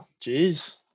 Jeez